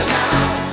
now